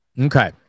Okay